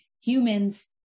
humans